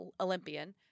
Olympian